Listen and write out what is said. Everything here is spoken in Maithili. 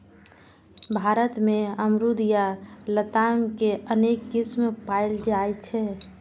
भारत मे अमरूद या लताम के अनेक किस्म पाएल जाइ छै